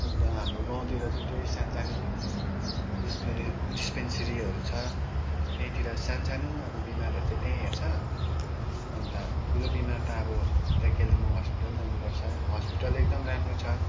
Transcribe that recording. अन्त हाम्रो गाउँतिर चाहिँ त्यही सानो सानो डिस्पिनी डिस्पिनसिरीहरू छ त्यहीँतिर सानो सानो अब बिमारहरू चाहिँ त्यहीँ हेर्छ अन्त ठुलो बिमार त अब यता कालिम्पोङ हस्पिटलै ल्याउनुपर्छ हस्पिटल एकदम राम्रो छ